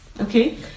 Okay